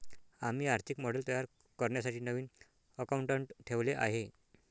आम्ही आर्थिक मॉडेल तयार करण्यासाठी नवीन अकाउंटंट ठेवले आहे